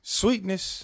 sweetness